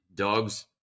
Dogs